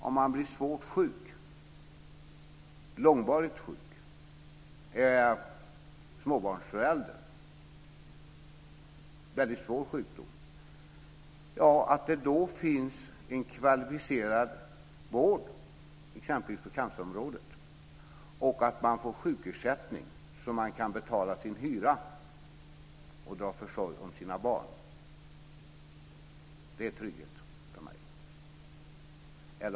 Om man blir svårt och långvarigt sjuk och är småbarnsförälder finns det en kvalificerad vård - exempelvis på cancerområdet - och man får sjukersättning så att man kan betala sin hyra och dra försorg om sina barn. Det är trygghet för mig.